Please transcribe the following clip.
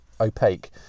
opaque